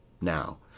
Now